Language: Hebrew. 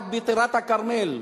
רק בטירת-כרמל,